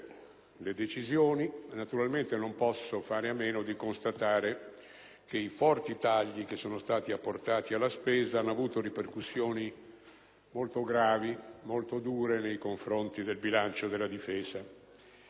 le decisioni, naturalmente non posso fare a meno di constatare che i forti tagli che sono stati apportati alla spesa hanno avuto ripercussioni molto gravi e dure sul bilancio della difesa